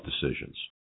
decisions